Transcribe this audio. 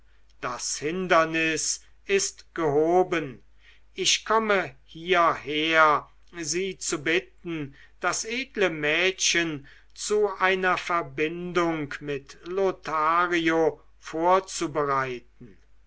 das hindernis ist gehoben ich komme hierher sie zu bitten das edle mädchen zu einer verbindung mit lothario vorzubereiten